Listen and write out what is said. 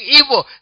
evil